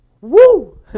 Woo